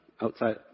outside